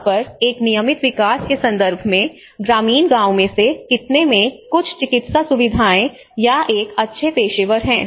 आम तौर पर एक नियमित विकास के संदर्भ में ग्रामीण गांवों में से कितने में कुछ चिकित्सा सुविधाएं या एक अच्छे पेशेवर हैं